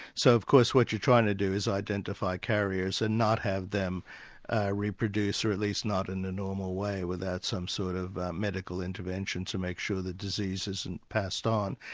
so of course what you're trying to do is identify carriers, and not have them reproduce, or at least not in the normal way without some sort of medical intervention to make sure the disease isn't passed on.